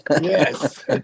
Yes